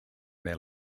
their